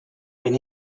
bin